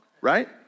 right